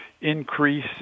increase